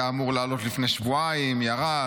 הוא היה אמור לעלות לפני שבועיים וירד,